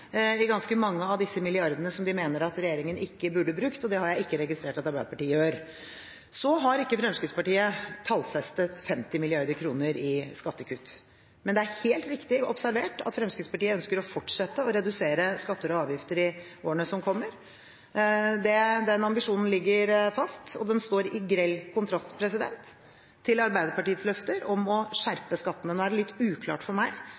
i ganske mange av disse milliardene som de mener at regjeringen ikke burde brukt. Det har jeg ikke registrert at Arbeiderpartiet gjør. Så har ikke Fremskrittspartiet tallfestet 50 mrd. kr i skattekutt. Men det er helt riktig observert at Fremskrittspartiet ønsker å fortsette å redusere skatter og avgifter i årene som kommer. Den ambisjonen ligger fast, og den står i grell kontrast til Arbeiderpartiets løfter om å skjerpe skattene. Nå er det litt uklart for meg